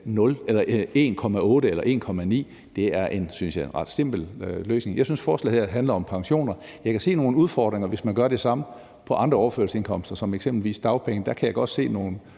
1,8 eller 1,9 pct. Det synes jeg er en ret simpel løsning. Jeg mener, at forslaget her handler om pensioner. Jeg kan se nogle udfordringer, hvis man gør det samme for andre overførselsindkomster som eksempelvis dagpenge; der kan jeg godt se nogle